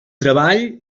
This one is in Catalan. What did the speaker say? treball